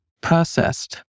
processed